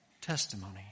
testimony